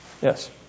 Yes